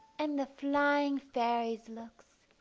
and the flying fairies' looks,